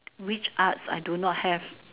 which arts I do not have